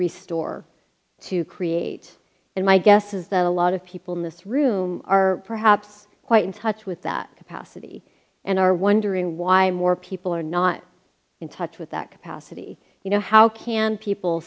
restore to create and my guess is that a lot of people in this room are perhaps quite in touch with that capacity and are wondering why more people are not in touch with that capacity you know how can people